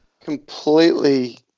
completely